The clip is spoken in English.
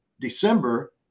December